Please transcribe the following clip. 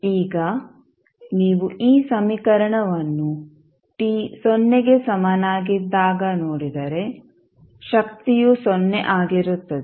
ಈಗ ನೀವು ಈ ಸಮೀಕರಣವನ್ನು t ಸೊನ್ನೆ ಗೆ ಸಮನಾಗಿದ್ದಾಗ ನೋಡಿದರೆ ಶಕ್ತಿಯು ಸೊನ್ನೆ ಆಗಿರುತ್ತದೆ